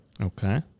Okay